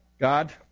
God